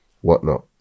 whatnot